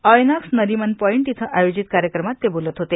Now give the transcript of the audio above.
Inox Nariman Point इथं आयोजित कार्यक्रमात ते बोलत होते